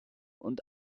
und